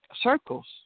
circles